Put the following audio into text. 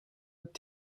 votre